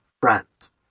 friends